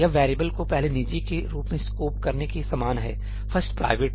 यह वैरिएबल को पहले निजी के रूप में स्कोप करने के समान है 'firstprivate'